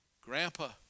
Grandpa